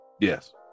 Yes